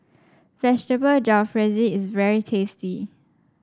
Vegetable Jalfrezi is very tasty